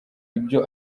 ibyo